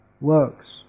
works